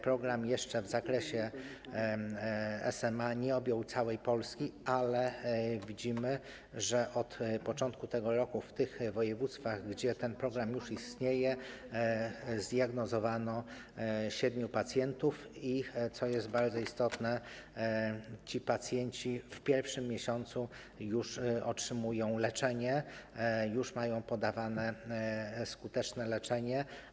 Program w zakresie SMA nie objął jeszcze całej Polski, ale widzimy, że od początku tego roku w województwach, gdzie ten program już istnieje, zdiagnozowano siedmiu pacjentów i, co jest bardzo istotne, oni już w pierwszym miesiącu otrzymują leczenie, już mają podawane skuteczne leczenie.